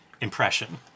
impression